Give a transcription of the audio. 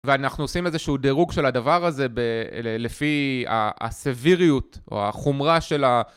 ואנחנו עושים איזשהו דירוג של הדבר הזה לפי הסביריות או החומרה של ה...